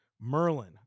Merlin